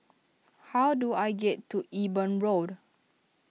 how do I get to Eben Road